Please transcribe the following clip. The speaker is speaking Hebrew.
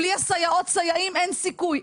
בלי הסייעות והסייעים אין סיכוי.